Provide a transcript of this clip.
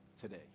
today